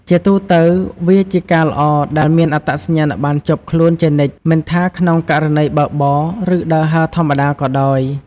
ជាទូទៅ វាជាការល្អដែលមានអត្តសញ្ញាណប័ណ្ណជាប់ខ្លួនជានិច្ច មិនថាក្នុងករណីបើកបរ ឬដើរហើរធម្មតាក៏ដោយ។